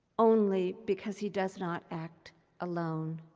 only because he does not act alone.